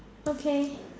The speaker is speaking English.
okay